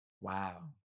Wow